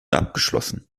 abgeschlossen